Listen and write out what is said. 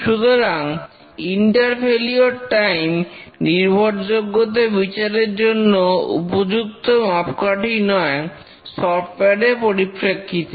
সুতরাং inter failure time নির্ভরযোগ্যতা বিচারের জন্য উপযুক্ত মাপকাঠি নয় সফ্টওয়্যার এর পরিপ্রেক্ষিতে